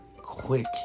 Quick